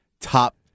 top